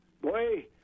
boy